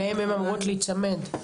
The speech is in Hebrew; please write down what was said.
אליהם הם אמורות להיצמד.